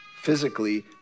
physically